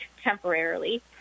temporarily